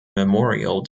memorial